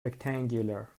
rectangular